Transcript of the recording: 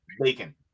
bacon